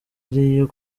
ariyo